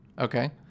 Okay